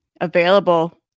available